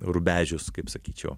rubežius kaip sakyčiau